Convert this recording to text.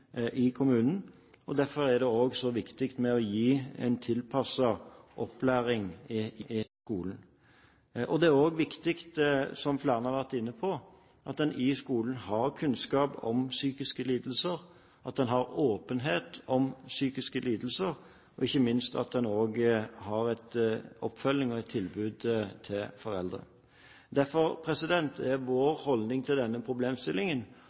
i kommunen, og derfor er det også så viktig å gi en tilpasset opplæring i skolen. Det er også viktig, som flere har vært inne på, at en i skolen har kunnskap om psykiske lidelser, at en har åpenhet om psykiske lidelser, og ikke minst at en også har en oppfølging og et tilbud til foreldre. Derfor er vår holdning til denne problemstillingen